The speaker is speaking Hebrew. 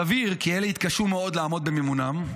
סביר כי אלה יתקשו מאוד לעמוד במימונן,